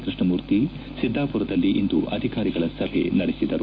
ಕೃಷ್ಣಮೂರ್ತಿ ಸಿದ್ದಾಪುರದಲ್ಲಿಂದು ಅಧಿಕಾರಿಗಳ ಸಭೆ ನಡೆಸಿದರು